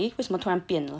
eh 为什么突然变了